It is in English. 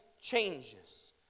changes